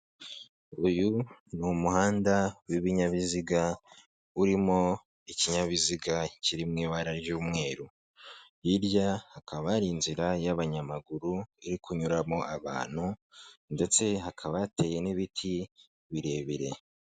Uyu ni umuhanda w'ibinyabiziga urimo ikinyabiziga kiri mu ibara ry'umweru, hirya hakaba hari inzira y'abanyamaguru iri kunyuramo abantu ndetse hakaba hateye n'ibiti birebire.